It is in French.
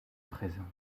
présente